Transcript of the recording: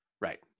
Right